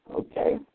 Okay